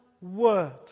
word